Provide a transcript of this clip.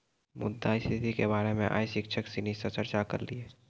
मुद्रा स्थिति के बारे मे आइ शिक्षक सिनी से चर्चा करलिए